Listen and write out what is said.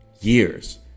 Years